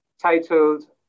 titled